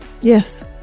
Yes